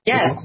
Yes